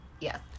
Yes